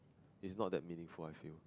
is not that meaningful I feel